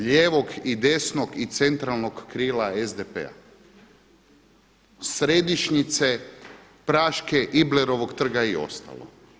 Lijevog i desnog i centralnog krila SDP-a, središnjice Praške, Iblerovog trga i ostalo.